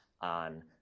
on